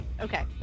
okay